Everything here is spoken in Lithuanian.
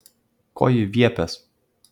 ko ji viepias